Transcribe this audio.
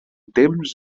temps